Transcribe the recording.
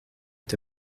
est